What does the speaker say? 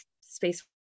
space